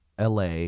la